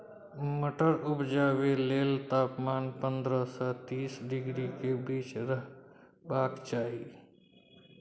मटर उपजाबै लेल तापमान पंद्रह सँ तीस डिग्री केर बीच रहबाक चाही